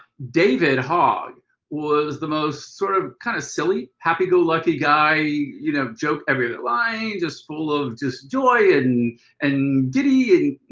david hogg was the most sort of kind of silly happy go lucky guy, you know, joke every other line, just full of just joy and and giddy and,